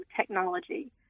technology